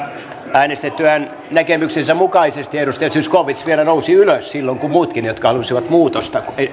äänestettyään näkemyksensä mukaisesti edustaja zyskowicz vielä nousi ylös silloin kun muutkin jotka halusivat muutosta